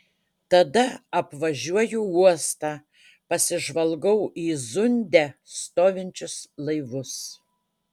tada apvažiuoju uostą pasižvalgau į zunde stovinčius laivus